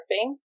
surfing